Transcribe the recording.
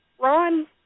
Ron